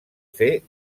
fer